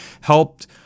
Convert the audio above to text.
helped